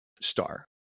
star